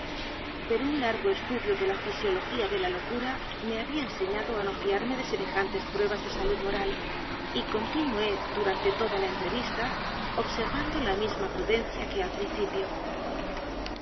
pero un largo estudio de la fisiología de la locura me había enseñado á no fiarme de semejantes pruebas de salud moral y continué durante toda la entrevista observándola misma prudencia que al principio